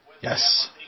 Yes